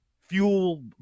fuel